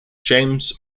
james